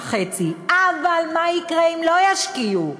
אבל מה יקרה אם לא ישקיעו?